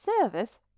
service